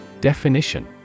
Definition